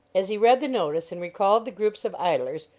as he read the notice and recalled the groups of idlers,